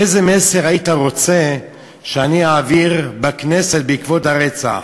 איזה מסר היית רוצה שאני אעביר בכנסת בעקבות הרצח?